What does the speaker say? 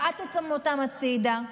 בעטתם אותם הצידה,